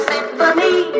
Symphony